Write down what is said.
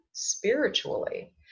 spiritually